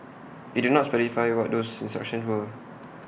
IT did not specify what those instructions were